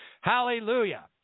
Hallelujah